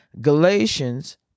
Galatians